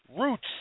Roots